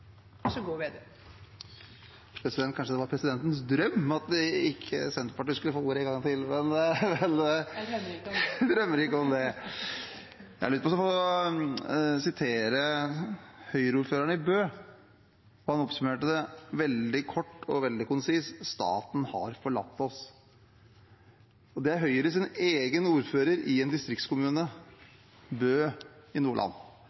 Kanskje det var presidentens drøm at Senterpartiet ikke skulle få ordet en gang til? Presidenten drømmer ikke om det. Presidenten drømmer ikke om det. Jeg har lyst til å sitere Høyre-ordføreren i Bø, for han oppsummerte det veldig kort og veldig konsist: «Staten har forlatt oss.» Dette er Høyres egen ordfører i en distriktskommune, Bø i Nordland.